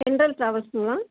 Indel ட்ராவல்ஸுங்ளா